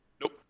Nope